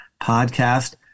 podcast